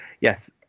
yes